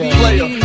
player